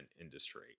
industry